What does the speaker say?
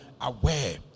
aware